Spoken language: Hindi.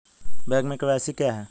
बैंक में के.वाई.सी क्या है?